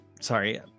Sorry